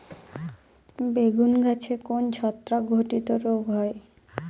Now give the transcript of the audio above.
বেগুন গাছে কোন ছত্রাক ঘটিত রোগ হয়?